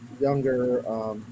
younger